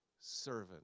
servant